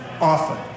often